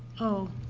oh.